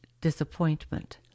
disappointment